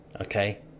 okay